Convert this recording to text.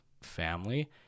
family